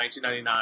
1999